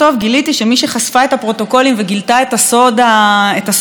גיליתי שמי שחשפה את הפרוטוקולים וגילתה את הסוד הנורא